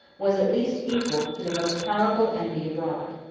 was at least equal to the most powerful enemy abroad.